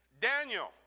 Daniel